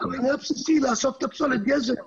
לאסוף את פסולת הגזם,